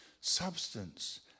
substance